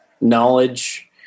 knowledge